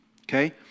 Okay